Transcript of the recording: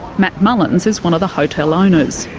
matt mullins is one of the hotel owners.